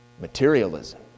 materialism